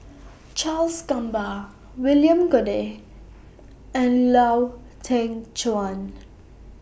Charles Gamba William Goode and Lau Teng Chuan